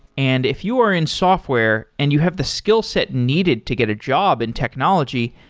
and if you are in software and you have the skillset needed to get a job in technology,